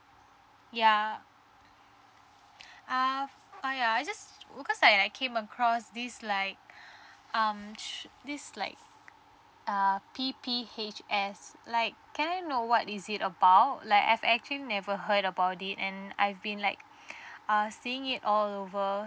yeah uh uh ya I just because I I came across this like um su~ this like uh P_P_H_S like can I know what is it about like I've actually never heard about it and I've been like err seeing it all over